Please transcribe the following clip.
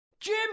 Jim